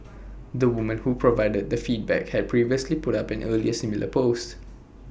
the woman who provided the feedback had previously put up an earlier similar post